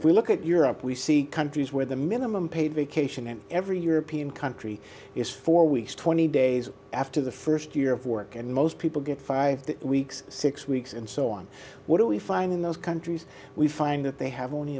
we look at europe we see countries where the minimum paid vacation in every european country is four weeks twenty days after the first year of work and most people get five weeks six weeks and so on what do we find in those countries we find that they have only